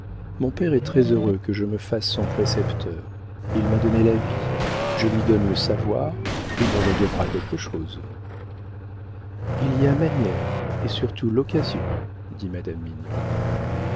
mon père est très heureux que je me fasse son précepteur il m'a donné la vie je lui donne le savoir il me redevra quelque chose il y a manière et surtout l'occasion dit madame mignon